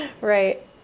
Right